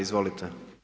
Izvolite.